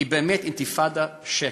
היא באמת אינתיפאדת שקר.